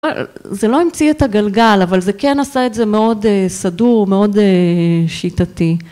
זה לא המציא את הגלגל, אבל זה כן עשה את זה מאוד סדור, מאוד שיטתי.